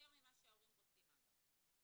יותר ממה שההורים רוצים, אגב.